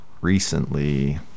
recently